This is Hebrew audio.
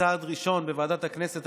בצעד ראשון בוועדת הכנסת,